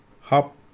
hop